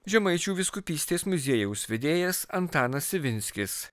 žemaičių vyskupystės muziejaus vedėjas antanas ivinskis